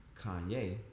Kanye